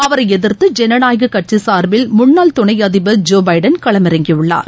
அவரை எதிர்த்து ஜனநாயக கட்சி சார்பில் முன்னாள் துணை அதிபர் ஜோ பைடன் களமிறங்கியுள்ளார்